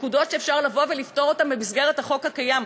נקודות שאפשר לבוא ולפתור אותן במסגרת החוק הקיים.